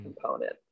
component